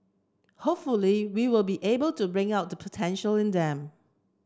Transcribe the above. hopefully we will be able to bring out the potential in them